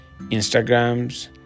Instagrams